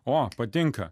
o patinka